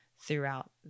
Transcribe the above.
throughout